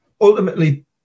ultimately